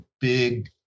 big